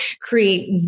create